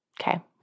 Okay